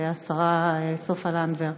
השרה סופה לנדבר,